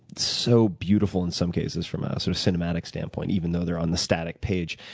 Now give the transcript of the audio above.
so beautiful in some cases from a sort of cinematic standpoint, even though they're on the static page.